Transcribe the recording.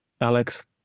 Alex